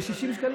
עלה ל-60 שקלים.